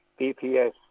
BPS